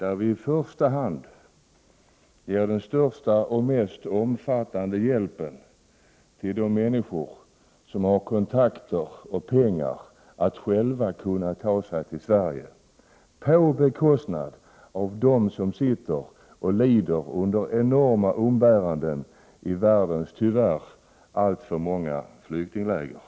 Vi ger i första hand den största och mest omfattande hjälpen till de människor som har kontakter och pengar att själva kunna ta sig till Sverige, på bekostnad av dem som under enorma umbäranden vistas i världens tyvärr alltför många flyktingläger.